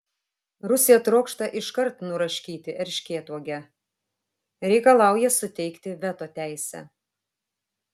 rusija trokšta iškart nuraškyti erškėtuogę reikalauja suteikti veto teisę